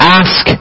ask